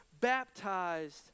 baptized